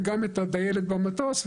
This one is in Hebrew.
וגם את הדיילת במטוס,